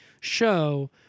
show